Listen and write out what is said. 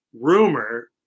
rumor